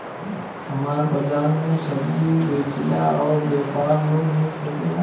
हमर बाजार मे सब्जी बेचिला और व्यापार लोन मिल सकेला?